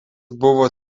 buvo